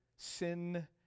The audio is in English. sin